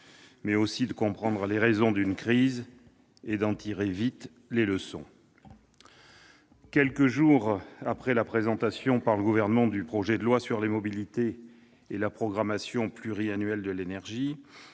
essayant de comprendre les raisons d'une crise et d'en tirer vite les leçons. Quelques jours après la présentation par le Gouvernement du projet de loi d'orientation des mobilités et de la programmation pluriannuelle de l'énergie,